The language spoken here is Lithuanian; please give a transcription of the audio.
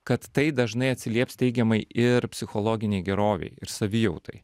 kad tai dažnai atsilieps teigiamai ir psichologinei gerovei ir savijautai